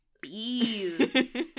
Bees